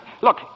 Look